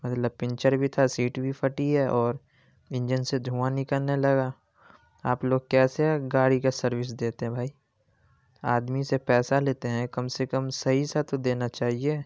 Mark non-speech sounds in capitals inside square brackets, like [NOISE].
[UNINTELLIGIBLE] puncture بھی تھا seat بھی پھٹی ہے اور انجن سے دھواں نکلنے لگا آپ لوگ کیسے گاڑی کا سروس دیتے ہیں بھائی آدمی سے پیسہ لیتے ہیں کم سے کم صحیح سا تو دینا چاہیے